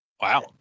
Wow